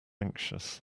anxious